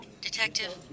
Detective